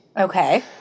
Okay